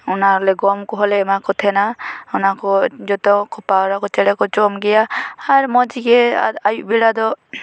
ᱚᱱᱟ ᱨᱮ ᱜᱚᱢ ᱠᱚᱦᱚᱸ ᱞᱮ ᱮᱢᱟ ᱠᱚ ᱛᱟᱦᱮᱱᱟ ᱚᱱᱟ ᱠᱚ ᱡᱚᱛᱚ ᱯᱟᱣᱨᱟ ᱠᱚ ᱪᱮᱬᱮ ᱠᱚ ᱡᱚᱢ ᱜᱮᱭᱟ ᱟᱨ ᱢᱚᱡᱽ ᱜᱮ ᱟᱭᱩᱵ ᱵᱮᱲᱟ ᱫᱚ